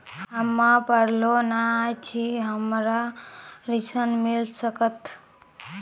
हम्मे पढ़ल न छी हमरा ऋण मिल सकत?